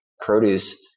produce